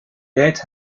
date